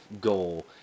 goal